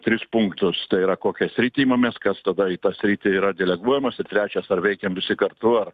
tris punktus tai yra kokią sritį imamės kas tada į tą sritį yra deleguojamas ir trečias ar veikiam visi kartu